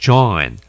John